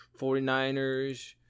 49ers